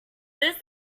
this